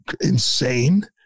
insane